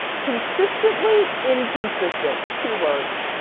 consistently inconsistent, two words.